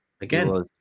Again